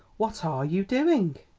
what are you doing?